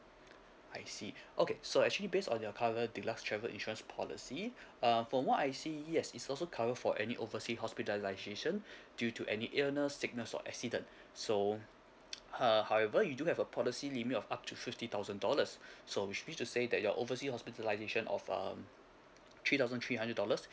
I see okay so actually based on your cover deluxe travel insurance policy um from what I see yes it's also cover for any oversea hospitalization due to any illness sickness or accident so err however you do have a policy limit of up to fifty thousand dollars so which mean to say that your oversea hospitalization of um three thousand three hundred dollars